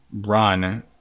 run